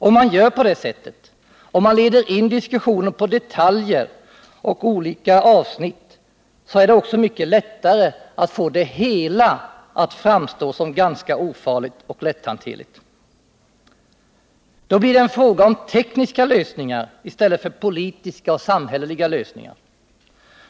Om man gör på det sättet, om man leder in resonemangen på detaljer och olika avsnitt, då är det också mycket lättare att få det hela att framstå som ganska ofarligt och lätthanterligt. Då blir det en fråga om tekniska lösningar i stället för politiska och samhälleliga lösningar.